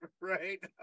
right